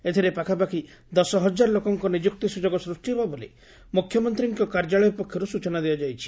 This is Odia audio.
ଏଥ୍ରେ ପାଖା ପାଖ୍ ଦଶ ହଜାର ଲୋକଙ୍ଙ ନିଯୁକ୍ତି ସୁଯୋଗ ସୂଷ୍ଟି ହେବ ବୋଲି ମୁଖ୍ୟମନ୍ତୀଙ୍ କାର୍ଯ୍ୟାଳୟ ପକ୍ଷରୁ ସୂଚନା ଦିଆ ଯାଇଛି